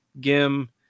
Gim